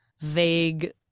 vague